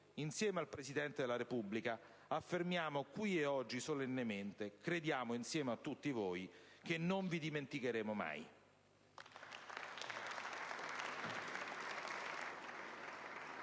insieme al Presidente della Repubblica, affermiamo qui oggi, solennemente, e crediamo, insieme a tutti voi, che non vi dimenticheremo mai.